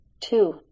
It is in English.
Two